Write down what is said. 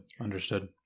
Understood